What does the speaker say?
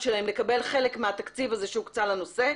שלהם לקבל חלק מהתקציב הזה שהוקצה לנושא,